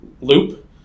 loop